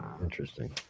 interesting